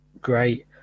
great